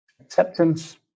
Acceptance